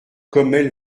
commelle